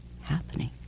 happening